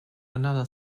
another